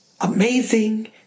amazing